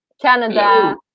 Canada